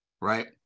right